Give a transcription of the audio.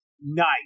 Nice